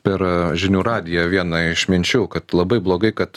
per žinių radiją vieną iš minčių kad labai blogai kad